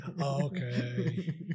okay